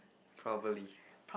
probably